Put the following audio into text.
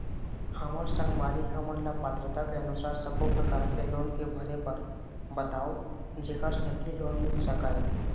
हमर संगवारी हमन ला पात्रता के अनुसार सब्बो प्रकार के लोन के भरे बर बताव जेकर सेंथी लोन मिल सकाए?